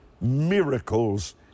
miracles